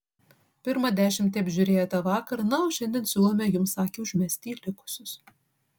pirmą dešimtį apžiūrėjote vakar na o šiandien siūlome jums akį užmesti į likusius